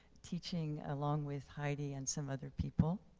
teaching, along with heidi and some other people.